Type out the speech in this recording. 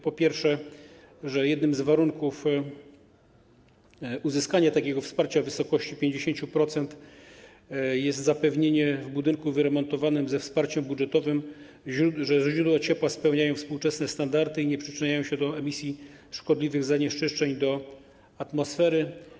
Po pierwsze, jednym z warunków uzyskania takiego wsparcia w wysokości 50% jest zapewnienie w budynku wyremontowanym ze wsparciem budżetowym, że źródła ciepła spełniają współczesne standardy i nie przyczyniają się do emisji szkodliwych zanieczyszczeń do atmosfery.